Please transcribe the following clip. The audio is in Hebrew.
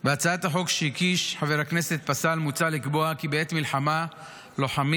בהצעת החוק שהגיש חבר הכנסת פסל מוצע לקבוע כי בעת מלחמה לוחמים,